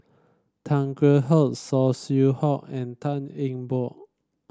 Tan Kheam Hock Saw Swee Hock and Tan Eng Bock